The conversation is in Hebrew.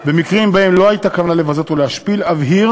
במקרים שבהם לא הייתה כוונה לבזות ולהשפיל, אבהיר